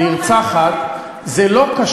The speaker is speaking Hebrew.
זה לא,